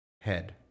head